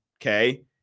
okay